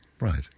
Right